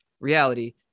reality